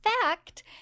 fact